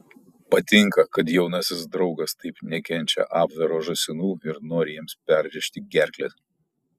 patinka kad jaunasis draugas taip nekenčia abvero žąsinų ir nori jiems perrėžti gerkles